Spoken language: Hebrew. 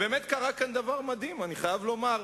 באמת קרה כאן דבר מדהים, אני חייב לומר,